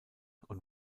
und